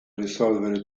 risolvere